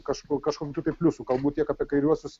kažko kažkokių tai pliusų kalbu tiek apie kairiuosius